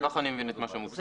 כך אני מבין את מה שמוצע.